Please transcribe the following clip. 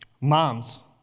Moms